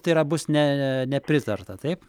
tai yra bus ne nepritarta taip